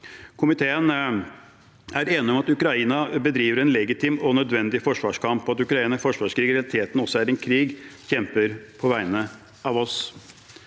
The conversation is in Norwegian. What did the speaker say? Komiteen er enig om at Ukraina bedriver en legitim og nødvendig forsvarskamp, og at Ukrainas forsvarskrig i realiteten også er en krig de kjemper på vegne av oss.